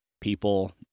people